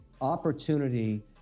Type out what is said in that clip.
opportunity